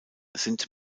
sind